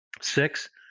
Six